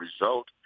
result